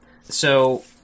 So-